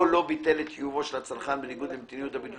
או לא ביטל את חיובו של הצרכן בניגוד למדיניות הביטול